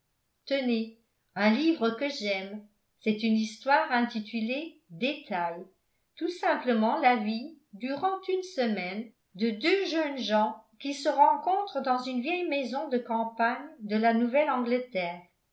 tenez un livre que j'aime c'est une histoire intitulée détails tout simplement la vie durant une semaine de deux jeunes gens qui se rencontrent dans une vieille maison de campagne de la nouvelle-angleterre